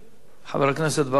חבר הכנסת בר-און איננו,